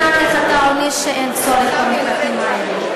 איני יודעת איך אתה עונה שאין צורך במקלטים האלה.